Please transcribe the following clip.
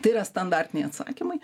tai yra standartiniai atsakymai